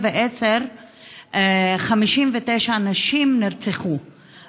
59 נשים ערביות נרצחו